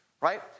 right